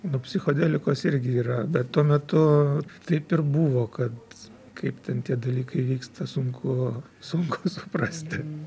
nu psichodelikos irgi yra bet tuo metu taip ir buvo kad kaip ten tie dalykai vyksta sunku sunku suprasti